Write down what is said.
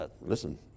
Listen